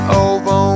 over